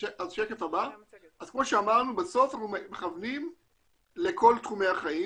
אז כמו שאמרנו בסוף אנחנו מכוונים לכל תחומי החיים